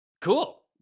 cool